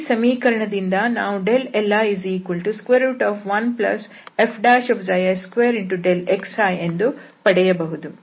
ಈ ಸಮೀಕರಣದಿಂದ ನಾವು li1fi2Δxi ಎಂದು ಪಡೆಯಬಹುದು